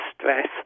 stress